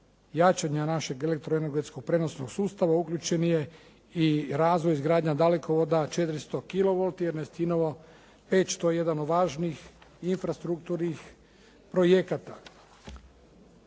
jačanja našeg elektroenergetskog prijenosnog sustava uključen je i razvoj, izgradnja dalekovoda 400 kilowolti, Ernestinovo-Peć to je jedan od važnijih infrastrukturnih projekata.